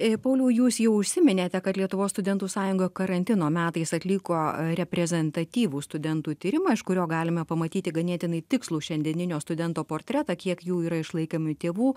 e pauliau jūs jau užsiminėte kad lietuvos studentų sąjunga karantino metais atliko reprezentatyvų studentų tyrimą iš kurio galime pamatyti ganėtinai tikslų šiandieninio studento portretą kiek jų yra išlaikomi tėvų